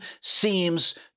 seems